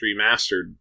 Remastered